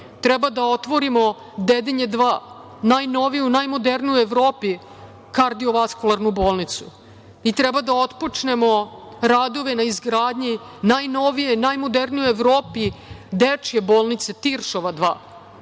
treba da otvorimo Dedinje 2, najnoviju, najmoderniju u Evropi kardio vaskularnu bolnicu i treba da otpočnemo radove na izgradnji najnovije, najmodernije u Evropi dečije bolnice Tišva 2.Mi